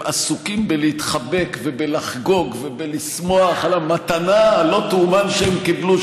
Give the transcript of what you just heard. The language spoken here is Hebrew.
הם עסוקים בלהתחבק ובלחגוג ובלשמוח על המתנה הלא-תיאמן שהם קיבלו,